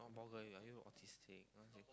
not ball girl are you autistic